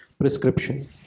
prescription